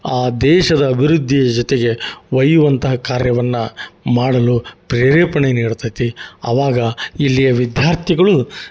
ಆ ದೇಶದ ಅಭಿವೃದ್ಧಿಯ ಜೊತೆಗೆ ವೈವಂತ ಕಾರ್ಯವನ್ನು ಮಾಡಲು ಪ್ರೇರೇಪಣೆ ನೀಡುತೈತಿ ಆವಾಗ ಇಲ್ಲಿಯ ವಿದ್ಯಾರ್ಥಿಗಳು